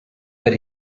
but